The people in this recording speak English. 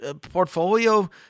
portfolio